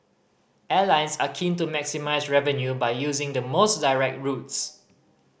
airlines are keen to maximise revenue by using the most direct routes